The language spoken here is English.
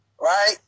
right